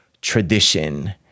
tradition